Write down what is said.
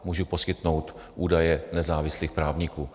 Mohu poskytnout údaje nezávislých právníků.